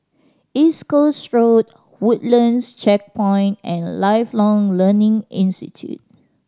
East Coast Road Woodlands Checkpoint and Lifelong Learning Institute